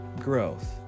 growth